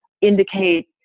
indicate